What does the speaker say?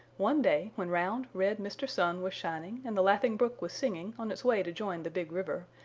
one day when round, red mr. sun was shining and the laughing brook was singing on its way to join the big river,